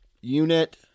unit